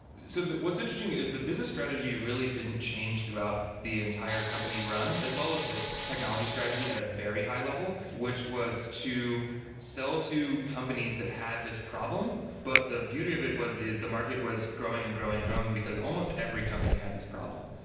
so what's interesting is the business strategy really didn't change throughout the entire company run, as well as the technology strategy at a very high level, which was to sell to companies that had this problem. but the beauty of it was the the market was growing and growing and growing, because almost every company had this problem.